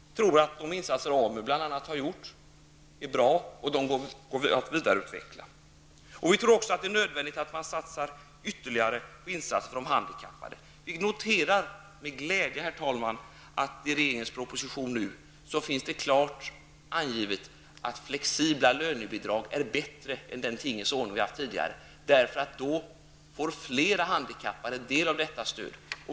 Jag tror att de insatser som bl.a. AMU har gjort är bra. De går att vidareutveckla. Vi tror också att det är nödvändigt att göra ytterligare insatser för de handikappade. Vi noterar med glädje, herr talman, att det i regeringens proposition nu finns klart angivet att flexibla lönebidrag är bättre än den tingens ordning vi har haft tidigare. Då får fler handikappade del av detta stöd.